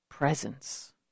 Presence